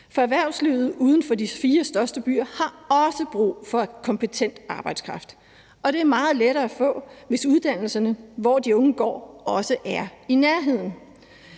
For erhvervslivet uden for de fire største byer har også brug for kompetent arbejdskraft, og det er meget lettere at få, hvis uddannelserne, hvor de unge går, også er i nærheden.